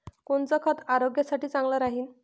कोनचं खत आरोग्यासाठी चांगलं राहीन?